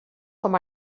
com